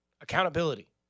Accountability